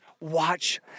watch